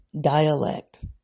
dialect